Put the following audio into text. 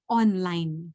online